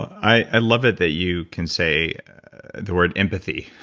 i love it that you can say the word empathy